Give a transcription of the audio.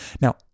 Now